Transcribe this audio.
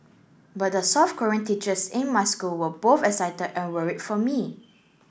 but the South Korean teachers in my school were both excited and worried for me